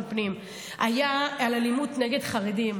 פנים והיה דיון על אלימות נגד חרדים,